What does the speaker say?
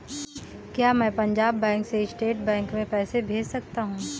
क्या मैं पंजाब बैंक से स्टेट बैंक में पैसे भेज सकता हूँ?